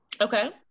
okay